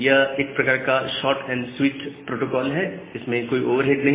यह एक प्रकार का शॉर्ट एंड स्वीट प्रोटोकॉल है इसमें कोई ओवरहेड नहीं